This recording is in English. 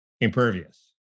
impervious